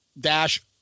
dash